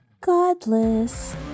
Godless